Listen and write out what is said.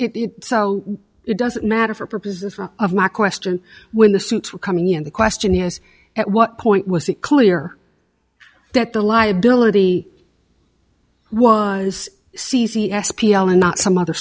it so it doesn't matter for purposes of my question when the suits were coming in the question is at what point was it clear that the liability was c z s p l and not some other